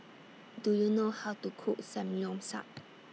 Do YOU know How to Cook Samgyeopsal